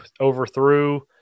overthrew